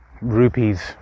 rupees